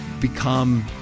become